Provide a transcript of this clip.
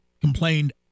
complained